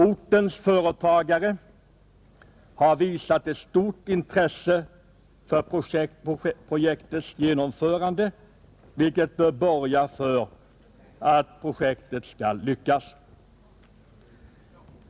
Ortens företagare har visat ett stort intresse för projektets genomförande, vilket bör borga för att projektet skall lyckas.